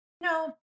No